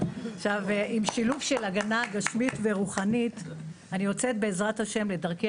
עם שילוב של הגנה גשמית ורוחנית אני יוצאת בעזרת ה' לדרכי